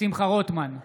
שמחה רוטמן,